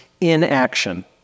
inaction